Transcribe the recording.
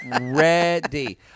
ready